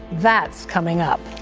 that's coming up.